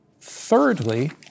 Thirdly